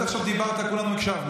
עכשיו דיברת, כולנו הקשבנו.